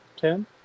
ten